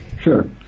Sure